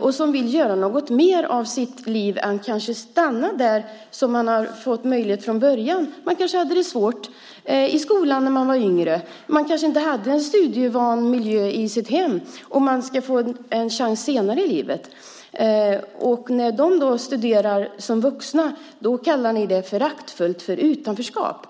och som vill göra något mer av sitt liv. De vill inte stanna där de hamnade från början. De hade det kanske svårt i skolan när de var yngre. De kanske inte bodde i en studievan miljö. De måste få en chans senare i livet. När de studerar som vuxna kallar ni det föraktfullt för utanförskap.